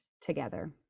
together